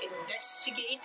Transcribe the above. investigate